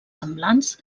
semblants